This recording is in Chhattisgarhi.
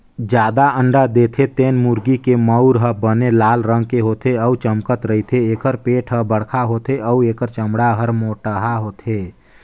जादा अंडा देथे तेन मुरगी के मउर ह बने लाल रंग के होथे अउ चमकत रहिथे, एखर पेट हर बड़खा होथे अउ एखर चमड़ा हर मोटहा होथे